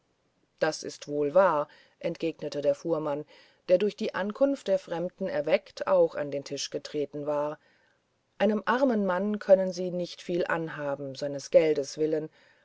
das ist wohl wahr entgegnete der fuhrmann der durch die ankunft der fremden erweckt auch an den tisch getreten war einem armen mann können sie nicht viel anhaben seines geldes willen